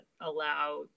allow